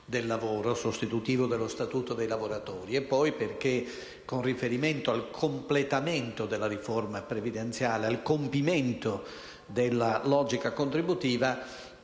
del lavoro, sostitutivo dello statuto dei lavoratori; e poi perché, con riferimento al completamento della riforma previdenziale e al compimento della logica contributiva,